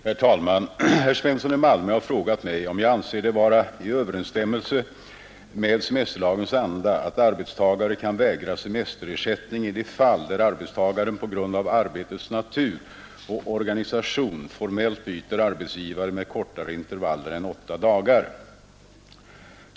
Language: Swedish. Herr talman! Herr Svensson i Malmö har frågat mig om jag anser det vara i överensstämmelse med semesterlagens anda att arbetstagare kan vägras semesterersättning i de fall där arbetstagaren på grund av arbetets natur och organisation formellt byter arbetsgivare med kortare intervaller än åtta dagar.